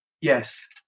Yes